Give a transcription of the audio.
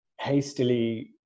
hastily